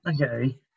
Okay